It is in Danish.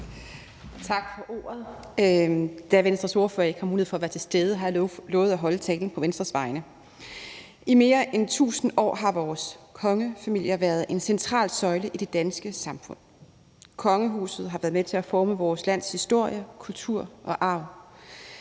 Tak for ordet. Da Venstres ordfører ikke har mulighed for at være til stede, har jeg lovet at holde talen på Venstres vegne. I mere end 1.000 år har vores kongefamilier været en central søjle i det danske samfund. Kongehuset har været med til at forme vores lands historie, kultur og arv.